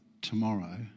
tomorrow